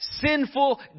sinful